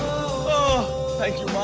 oh. thank you mom.